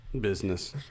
business